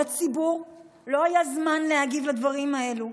לציבור לא היה זמן להגיב לדברים האלו.